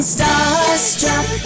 Starstruck